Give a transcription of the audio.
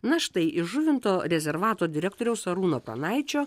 na štai iš žuvinto rezervato direktoriaus arūno pranaičio